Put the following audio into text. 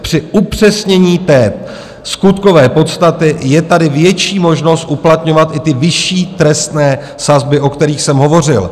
Při upřesnění skutkové podstaty je tady větší možnost uplatňovat i ty vyšší trestné sazby, o kterých jsem hovořil.